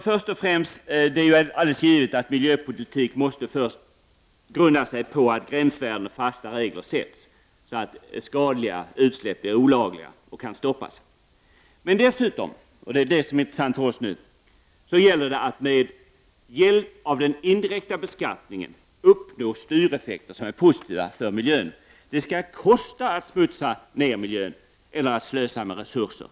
Först och främst är det helt givet att miljöpolitiken måste grunda sig på att fasta regler och gränsvärden sätts så att skadliga utsläpp blir olagliga och kan stoppas. Dessutom — och detta är det som är det intressanta för oss — gäller att med hjälp av den indirekta beskattningen uppnå styreffekter som är positiva för miljön. Det skall kosta att smutsa ner miljön eller att slösa med resurserna.